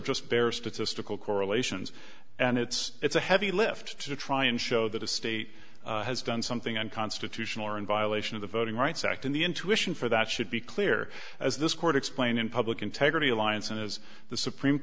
just bare statistical correlations and it's it's a heavy lift to try and show that a state has done something unconstitutional or in violation of the voting rights act in the intuition for that should be clear as this court explained in public integrity alliance and as the supreme